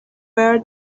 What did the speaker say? where